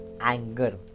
anger